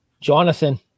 Jonathan